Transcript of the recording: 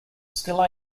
still